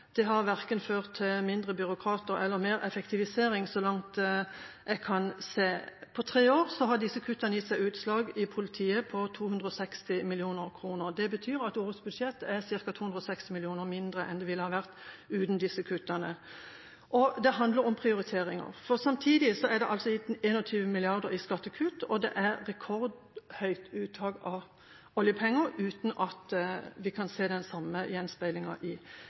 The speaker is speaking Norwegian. har verken ført til færre byråkrater eller mer effektivisering, så langt jeg kan se. På tre år har disse kuttene gitt utslag i politiet på 260 mill. kr, og det betyr at årets budsjett er ca. 260 mill. kr mindre enn det ville ha vært uten disse kuttene. Og det handler om prioriteringer, for samtidig er det gitt 21 mrd. kr i skattekutt, og det er et rekordhøyt uttak av oljepenger uten at vi kan se noen gjenspeiling i budsjettene og heller ikke i